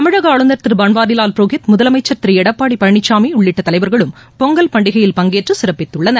தமிழக ஆளுநர் திரு பள்வாரிவால் புரோஹித் முதலமைச்சர் திரு எடப்பாடி பழனிசாமி உள்ளிட்ட தலைவர்களும் பொங்கல் பண்டிகையில் பங்கேற்று சிறப்பித்துள்ளனர்